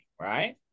right